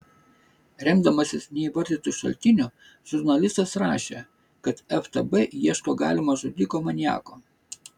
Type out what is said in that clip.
remdamasis neįvardytu šaltiniu žurnalistas rašė kad ftb ieško galimo žudiko maniako